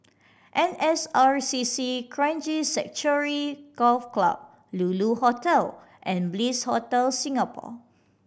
N S R C C Kranji Sanctuary Golf Club Lulu Hotel and Bliss Hotel Singapore